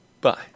Bye